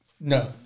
No